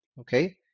okay